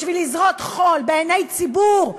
בשביל לזרות חול בעיני ציבור,